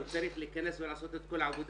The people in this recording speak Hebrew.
הוא צריך להיכנס ולעשות את כל העבודה.